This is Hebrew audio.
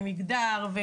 אלא במגדר.